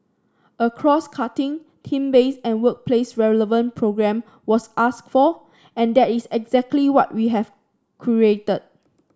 a crosscutting theme based and workplace relevant programme was asked for and that is exactly what we have